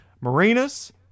marinas